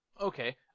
Okay